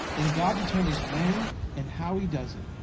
and god determines when and how he does it.